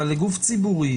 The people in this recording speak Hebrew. ויסתכל בהודעות.